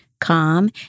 calm